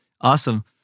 Awesome